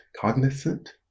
cognizant